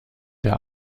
der